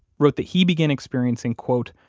wrote that he began experiencing, quote,